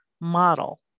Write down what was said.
model